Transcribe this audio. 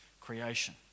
creation